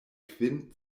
kvin